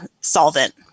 solvent